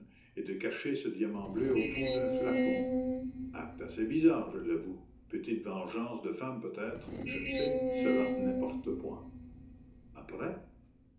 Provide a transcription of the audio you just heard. et de cacher ce diamant bleu au fond d'un flacon acte assez bizarre je l'avoue petite vengeance de femme peut-être je ne sais cela n'importe point après